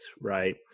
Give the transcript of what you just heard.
right